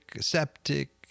septic